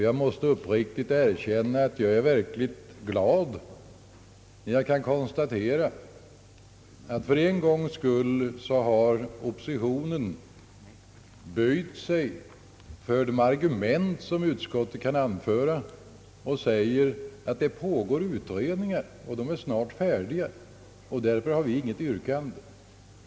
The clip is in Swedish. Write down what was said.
Jag måste uppriktigt erkänna att jag är verkligt glad över att kunna konstatera att oppositionen för en gångs skull har böjt sig för de argument, som utskottet kan anföra, och säger att de eftersom det pågår utredningar som snart blir färdiga inte har något yrkande.